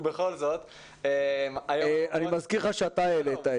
ובכל זאת --- אני מזכיר לך שאתה העלית את זה.